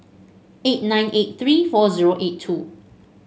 eight nine eight three four zero eight two